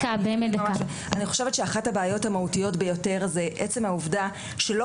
אני חושבת שאחת הבעיות המהותיות ביותר זה עצם העובדה שלא